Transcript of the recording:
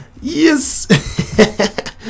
Yes